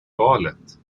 valet